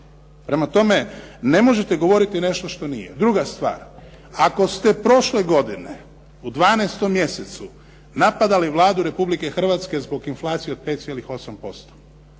Prema tome, ne možete govoriti nešto što nije. Druga stvar. Ako ste prošle godine u 12. mjesecu napadali Vladu Republike Hrvatske zbog inflacije od 5,8%